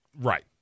right